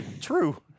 True